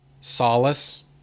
solace